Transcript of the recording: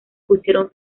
pusieron